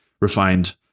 refined